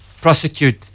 prosecute